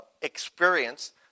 experience